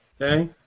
Okay